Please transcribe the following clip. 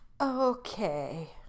Okay